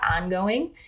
ongoing